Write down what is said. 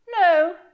No